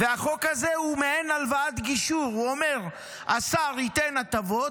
והחוק הזה הוא מעין הלוואת גישור: הוא אומר שהשר ייתן הטבות,